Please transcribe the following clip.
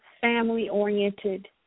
family-oriented